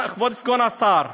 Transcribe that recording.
כבוד סגן השר,